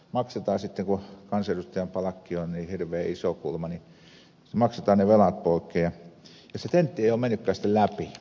kun kansanedustajan palkkio on kuulemma niin hirveän iso niin maksetaan ne velat poikkeen ja se tentti ei ole mennytkään läpi